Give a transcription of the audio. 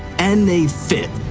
and they fit.